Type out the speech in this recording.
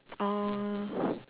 oh